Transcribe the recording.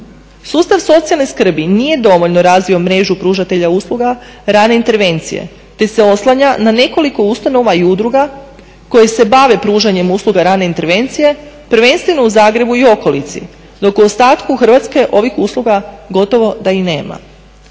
Sustav socijalne skrbi nije dovoljno razvio mrežu pružatelja usluga rane intervencije te se oslanja na nekoliko ustanova i udruga koje se bave pružanjem usluga rane intervencije, prvenstveno u Zagrebu i okolici dok u ostatku Hrvatske ovih usluga gotovo da i nema.